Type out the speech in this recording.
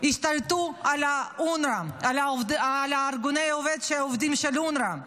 השתלטו על אונר"א, על ארגוני העובדים של אונר"א.